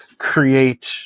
create